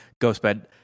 Ghostbed